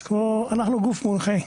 אז אנחנו גוף מונחה,